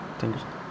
thank you sir